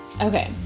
Okay